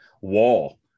wall